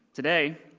today,